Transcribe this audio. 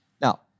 Now